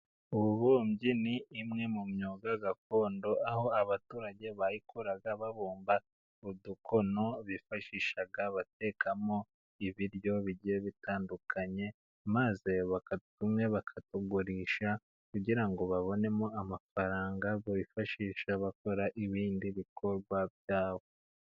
Ububumbyi ni imwe mu myuga gakondo aho abaturage bayikoraga babumba udukono bifashishaga batekamo ibiryo bitandukanye, maze baka tumwe bakatugurisha kugira ngo babonemo amafaranga bifashisha abakora ibindi bikorwa byabo.